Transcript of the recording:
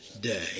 day